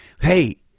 hey